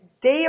day